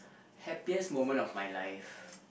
happiest moment of my life